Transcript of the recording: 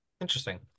Interesting